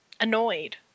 annoyed